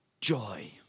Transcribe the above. joy